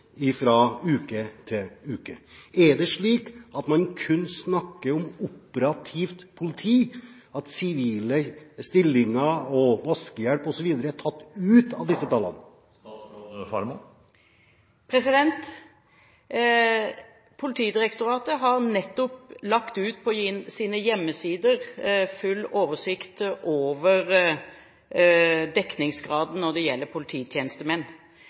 med fra uke til uke. Er det slik at man kun snakker om operativt politi, at sivile stillinger og vaskehjelp osv. er tatt ut av disse tallene? Politidirektoratet har nettopp lagt ut på sine hjemmesider en full oversikt over dekningsgraden når det gjelder polititjenestemenn.